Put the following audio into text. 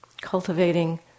Cultivating